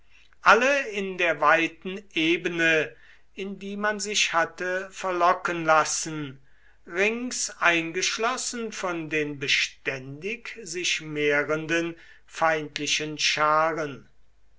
alle in der weiten ebene in die man sich hatte verlocken lassen rings eingeschlossen von den beständig sich mehrenden feindlichen scharen